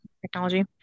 technology